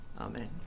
amen